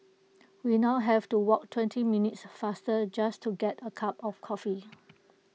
we now have to walk twenty minutes farther just to get A cup of coffee